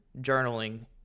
journaling